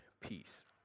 peace